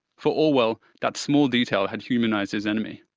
for orwell, that small detail had humanised his enemy.